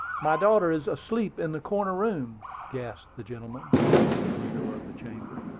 my daughter is asleep in the corner-room! gasped the gentleman, pointing to the window of the chamber.